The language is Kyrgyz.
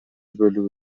бөлүгү